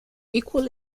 equal